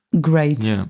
Great